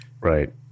right